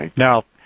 now,